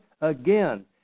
again